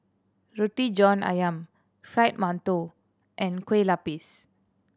Roti John Ayam Fried Mantou and Kueh Lupis